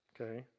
okay